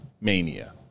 mania